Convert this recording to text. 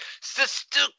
Sister